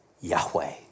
Yahweh